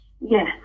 yes